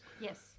Yes